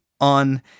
on